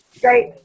Great